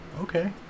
okay